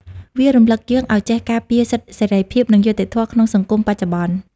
វារំលឹកយើងឱ្យចេះការពារសិទ្ធិសេរីភាព និងយុត្តិធម៌ក្នុងសង្គមបច្ចុប្បន្ន។